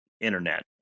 internet